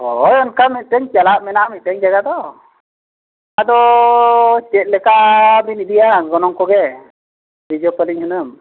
ᱦᱳᱭ ᱚᱱᱠᱟ ᱢᱤᱫᱴᱮᱱ ᱪᱟᱞᱟᱜ ᱢᱮᱱᱟᱜᱼᱟ ᱢᱤᱫᱴᱮᱱ ᱡᱟᱭᱜᱟ ᱫᱚ ᱟᱫᱚ ᱪᱮᱫ ᱞᱮᱠᱟ ᱵᱤᱱ ᱤᱫᱤᱭᱟ ᱜᱚᱱᱚᱝ ᱠᱚᱜᱮ ᱨᱤᱡᱷᱟᱹᱵᱽ ᱟᱹᱞᱤᱧ ᱦᱩᱱᱟᱹᱝ